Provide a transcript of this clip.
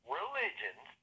religions